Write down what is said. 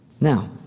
Now